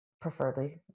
Preferably